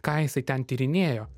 ką jisai ten tyrinėjo